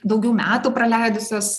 daugiau metų praleidusios